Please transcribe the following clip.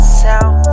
sound